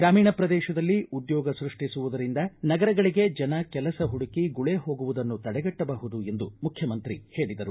ಗ್ರಾಮೀಣ ಪ್ರದೇಶದಲ್ಲಿ ಉದ್ಯೋಗ ಸೃಷ್ಟಿಸುವುದರಿಂದ ನಗರಗಳಿಗೆ ಜನ ಕೆಲಸ ಹುಡುಕಿ ಗುಳಿ ಹೋಗುವುದನ್ನು ತಡೆಗಟ್ಟಬಹುದು ಎಂದು ಮುಖ್ಯಮಂತ್ರಿ ಹೇಳದರು